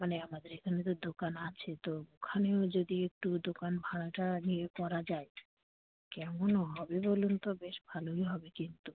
মানে আমাদের এখানে তো দোকান আছে তো ওখানেও যদি একটু দোকান ভাড়া টাড়া নিয়ে করা যায় কেমন হবে বলুন তো বেশ ভালোই হবে কিন্তু